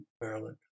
Maryland